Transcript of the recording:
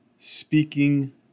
Speaking